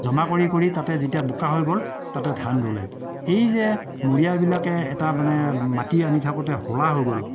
জমা কৰি কৰি তাতে যেতিয়া বোকা হৈ গ'ল তাতে ধান ৰুলে এই যে মৰিয়াবিলাকে এটা মানে মাটি আনি থাকোতে হোলা হৈ গ'ল